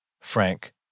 Frank